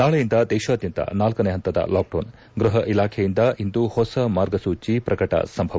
ನಾಳೆಯಿಂದ ದೇಶಾದ್ದಂತ ನಾಲ್ಕನೇ ಹಂತದ ಲಾಕ್ಡೌನ್ ಗೃಹ ಇಲಾಖೆಯಿಂದ ಇಂದು ಹೊಸ ಮಾರ್ಗಸೂಚಿ ಪ್ರಕಟ ಸಂಭವ